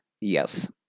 Yes